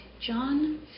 John